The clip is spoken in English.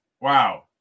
wow